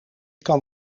kan